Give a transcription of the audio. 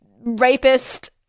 rapist